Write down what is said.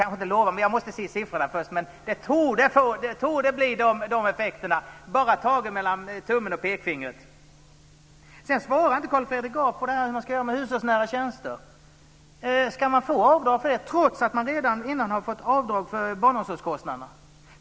Jag kan inte lova det för jag måste se siffrorna först! Det torde bli de effekterna - mellan tummen och pekfingret! Carl Fredrik Graf svarade inte på frågan om vad som ska göras med hushållsnära tjänster. Ska man få avdrag för det trots att man redan har fått avdrag för barnomsorgskostnaderna?